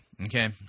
okay